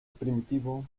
primitivo